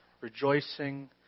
rejoicing